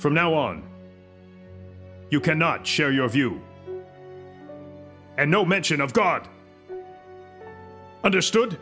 from now on you cannot share your view and no mention of god understood